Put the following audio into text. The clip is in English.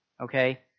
Okay